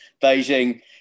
Beijing